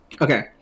Okay